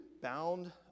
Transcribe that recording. bound